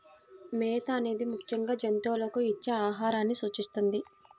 మేత అనేది ముఖ్యంగా జంతువులకు ఇచ్చే ఆహారాన్ని సూచిస్తుంది